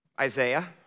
Isaiah